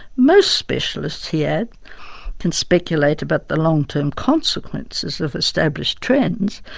most specialists he adds can speculate about the long term consequences of established trends,